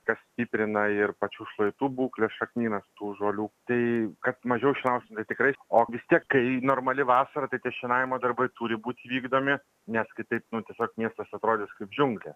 kas stiprina ir pačių šlaitų būklę šaknynas tų žolių tai kad mažiau šienausim tai tikrai o vis tiek kai normali vasara tai tie šienavimo darbai turi būt vykdomi nes kitaip nu tiesiog miestas atrodys kaip džiunglė